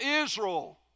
Israel